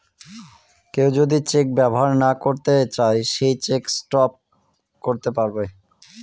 কেউ যদি চেক ব্যবহার না করতে চাই সে চেক স্টপ করতে পারবে